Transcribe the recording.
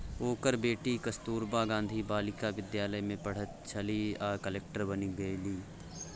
ओकर बेटी कस्तूरबा गांधी बालिका विद्यालय मे पढ़ैत छलीह आ कलेक्टर बनि गेलीह